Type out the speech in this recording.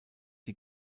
die